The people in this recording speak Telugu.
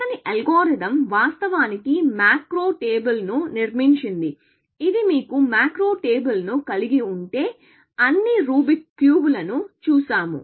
అతని అల్గోరిథం వాస్తవానికి మాక్రో టేబుల్ ను నిర్మించింది ఇది మీకు మాక్రో టేబుల్ ను కలిగి ఉంటే అన్ని రూబిక్ క్యూబ్ లని చూశాము